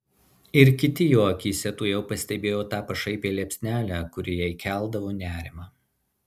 ir kiti jo akyse tuojau pastebėjo tą pašaipią liepsnelę kuri jai keldavo nerimą